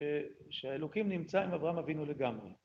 ‫שהאלוקים נמצא עם אברהם אבינו לגמרי.